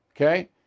okay